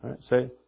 Say